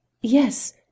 Yes